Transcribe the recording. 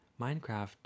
Minecraft